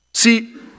See